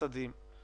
מפוקחים